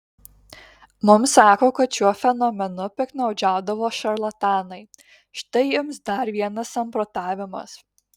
mums sako kad šiuo fenomenu piktnaudžiaudavo šarlatanai štai jums dar vienas samprotavimas